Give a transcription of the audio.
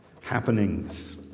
happenings